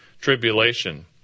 tribulation